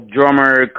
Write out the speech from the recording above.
drummer